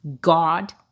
God